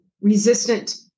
resistant